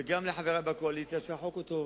וגם לחברי בקואליציה, שהחוק הוא טוב.